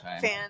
fan